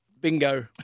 Bingo